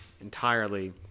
entirely